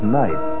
night